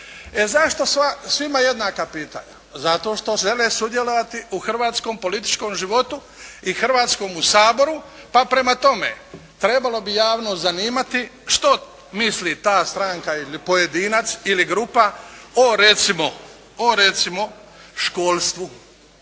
zašto svima jednaka pitanja? Zato što žele sudjelovati u hrvatskom političkom životu i Hrvatskomu saboru, pa prema tome trebalo bi javnost zanimati što misli ta stranka ili pojedinac ili grupa o recimo školstvu,